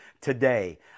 today